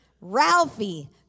Ralphie